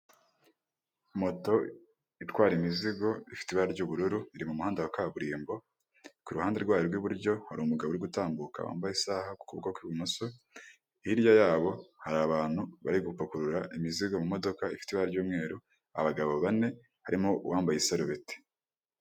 Moto itwara imizigo ifite ibara ry'ubururu iri mu muhanda wa kaburimbo, ku ruhande rwayo rw'iburyo hari umugabo uri gutambuka wambaye isaha ku kuboko kw'imoso, hirya yabo hari abantu bari gupakurura imizigo mu modoka ifite ibara ry'umweru, abagabo bane harimo uwambaye isarubeti.